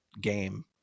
game